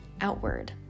outward